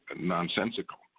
nonsensical